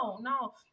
No